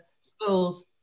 schools